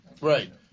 Right